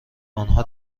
آنها